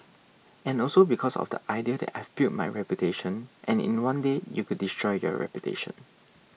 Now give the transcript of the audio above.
and also because of the idea that I've built my reputation and in one day you could destroy your reputation